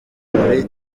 muri